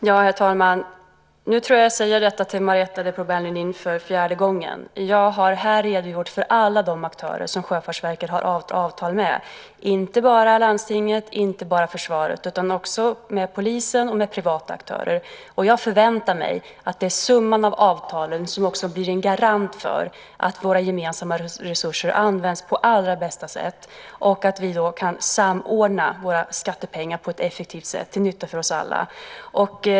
Herr talman! Nu tror jag att jag säger detta till Marietta de Pourbaix-Lundin för fjärde gången: Jag har redogjort för alla de aktörer som Sjöfartsverket har avtal med. Det är inte bara med landstinget, inte bara med försvaret utan också med polisen och med privata aktörer. Jag förväntar mig att summan av avtalen också blir garanti för att våra gemensamma resurser används på allra bästa sätt och att vi därmed kan samordna våra skattepengar på ett effektivt sätt till nytta för oss alla.